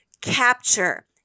capture